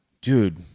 Dude